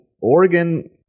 Oregon